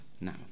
now